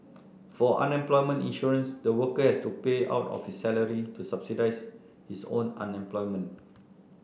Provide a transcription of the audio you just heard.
for unemployment insurance the worker has to pay out of his salary to subsidise his own unemployment